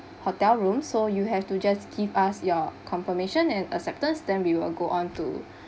hotel room so you have to just give us your confirmation and acceptance then we will go on to